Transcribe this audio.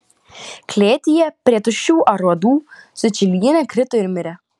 klėtyje prie tuščių aruodų sučylienė krito ir mirė